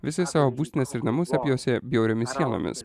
visi savo būstines ir namus apjuosė bjauriomis sielomis